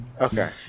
Okay